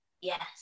yes